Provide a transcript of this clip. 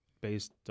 based